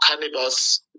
cannabis